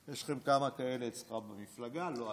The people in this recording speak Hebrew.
יש לכם כמה כאלה אצלך במפלגה, לא אתה.